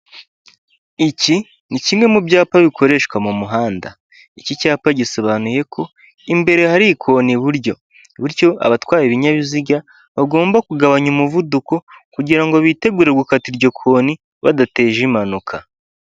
Iki ni kimwe mu byapa bikoreshwa mu muhanda iki cyapa gisobanuye ko imbere hari ikoni iburyo, bityo abatwara ibinyabiziga bagomba kugabanya umuvuduko kugira ngo bitegure gukata iryo koni badateje impanuka.